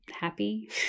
happy